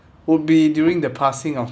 would be during the passing of